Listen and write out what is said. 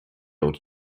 old